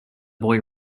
boy